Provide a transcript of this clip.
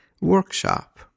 workshop